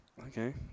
Okay